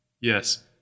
Yes